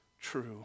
true